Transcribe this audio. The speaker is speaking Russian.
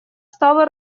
стало